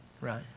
right